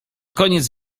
koniec